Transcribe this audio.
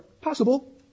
Possible